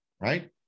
right